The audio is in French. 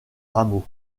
rameaux